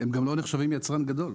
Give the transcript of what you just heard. הם גם לא נחשבים יצרן גדול.